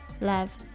love